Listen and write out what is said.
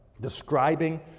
describing